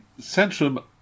centrum